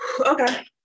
Okay